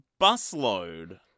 busload